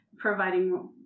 providing